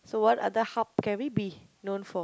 so what other hub can we be known for